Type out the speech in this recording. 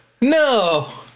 No